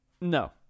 No